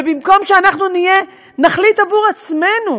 ובמקום שאנחנו נחליט עבור עצמנו